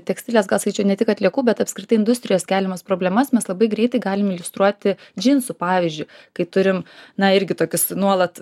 tekstilės gal sakyčiau ne tik atliekų bet apskritai industrijos keliamas problemas mes labai greitai galim iliustruoti džinsų pavyzdžiu kai turim na irgi tokius nuolat